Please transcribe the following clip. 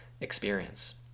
experience